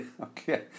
Okay